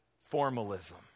formalism